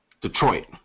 Detroit